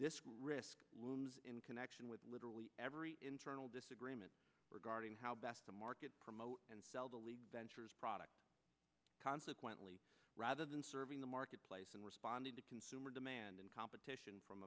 l risk looms in connection with literally every internal disagreement regarding how best to market promote and sell the league's ventures product consequently rather than serving the marketplace and responding to consumer demand and competition from